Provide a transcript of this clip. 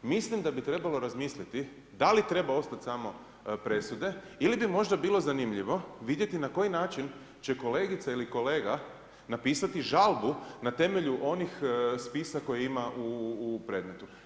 Mislim da bi trebalo razmisliti da li treba ostati samo presude ili bi možda bilo zanimljivo vidjeti na koji način će kolegica ili kolega napisati žalbu na temelju onih spisa koje ima u predmetu.